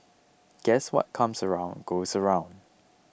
guess what comes around goes around